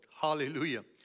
Hallelujah